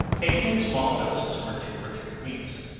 take it in small doses for two or three weeks,